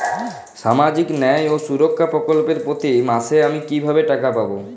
সামাজিক ন্যায় ও সুরক্ষা প্রকল্পে প্রতি মাসে আমি কিভাবে টাকা পাবো?